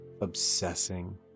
obsessing